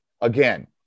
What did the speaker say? again